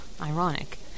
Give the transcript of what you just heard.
Ironic